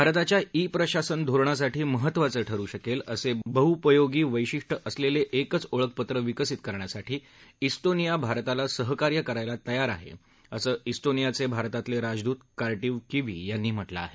भारताच्या ई प्रशासन धोरणासाठी महत्वाचे ठरू शकेल असे बहुपयोगी वैशिष्ट्य असलेलं एकच ओळखपत्र विकसित करण्यासाठी ईस्टोनिया भारताला सहकार्य करायला तयार आहे असं इस्टोनियाचे भारतातले राजदूत कार्टिन किवी यांनी म्हटलं आहे